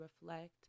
reflect